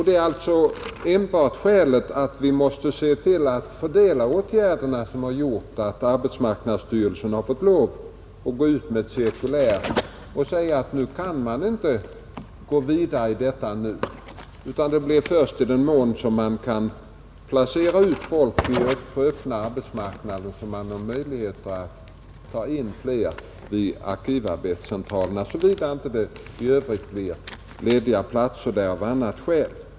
Det är alltså enbart av den orsaken att vi måste se till att fördela åtgärderna som arbetsmarknadsstyrelsen fått lov att utsända ett cirkulär om att man inte kan gå vidare i detta nu; det blir först i den mån man kan placera folk på den öppna arbetsmarknaden som man har möjligheter att ta in flera vid arkivarbetscentralerna, såvida där inte blir lediga platser av annat skäl.